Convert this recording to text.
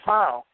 Wow